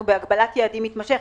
בהגבלת יעדים מתמשכת.